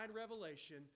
revelation